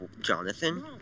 Jonathan